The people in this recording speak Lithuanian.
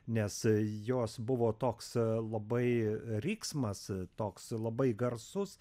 nes jos buvo toks labai riksmas toks labai garsus